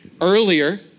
earlier